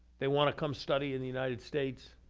they want to come study in the united states.